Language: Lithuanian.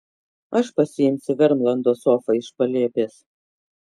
aš pasiimsiu vermlando sofą iš palėpės